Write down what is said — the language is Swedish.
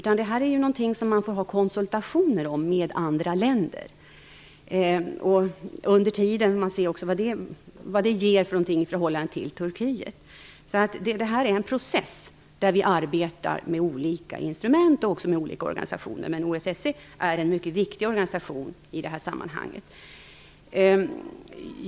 I denna fråga måste man ha konsultationer med andra länder. Då måste man se vad det kan ge i förhållande till Turkiet. Det handlar här om en process där vi arbetar med olika instrument och med olika organistioner. OSSE är en mycket viktig organisation i sammanhanget.